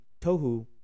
Tohu